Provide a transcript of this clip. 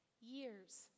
years